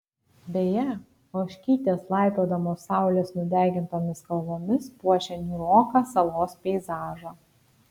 beje ožkytės laipiodamos saulės nudegintomis kalvomis puošia niūroką salos peizažą